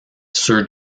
sir